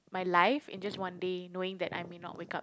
my life in just one day knowing that I may not wake up